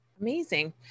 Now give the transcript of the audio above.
Amazing